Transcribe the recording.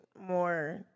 more